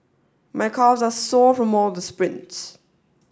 my calves are sore from all the sprints